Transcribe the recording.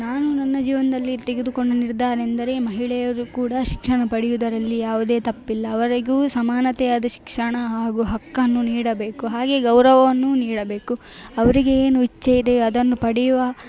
ನಾನು ನನ್ನ ಜೀವನದಲ್ಲಿ ತೆಗೆದುಕೊಂಡ ನಿರ್ಧಾರ ಎಂದರೆ ಮಹಿಳೆಯರು ಕೂಡ ಶಿಕ್ಷಣ ಪಡೆಯುದರಲ್ಲಿ ಯಾವುದೇ ತಪ್ಪಿಲ್ಲ ಅವರಿಗೂ ಸಮಾನವಾದ ಶಿಕ್ಷಣ ಹಾಗು ಹಕ್ಕನ್ನು ನೀಡಬೇಕು ಹಾಗೇ ಗೌರವವನ್ನು ನೀಡಬೇಕು ಅವರಿಗೆ ಏನು ಇಚ್ಛೆ ಇದೆ ಅದನ್ನು ಪಡೆಯುವ